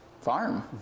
farm